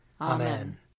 Amen